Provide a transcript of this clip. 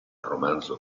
romanzo